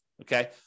Okay